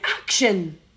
action